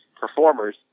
performers